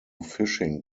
fishing